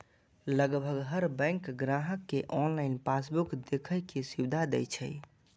लगभग हर बैंक ग्राहक कें ऑनलाइन पासबुक देखै के सुविधा दै छै